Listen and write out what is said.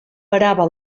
parava